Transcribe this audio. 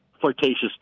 flirtatious